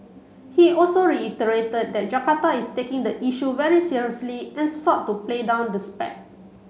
he also reiterated that Jakarta is taking the issue very seriously and sought to play down the spat